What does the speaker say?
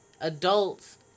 adults